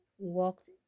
walked